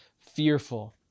fearful